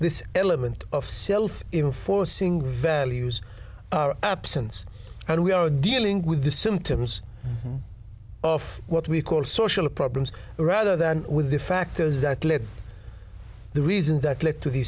this element of self in forcing values absence and we are dealing with the symptoms of what we call social problems rather than with the factors that lead the reason that led to the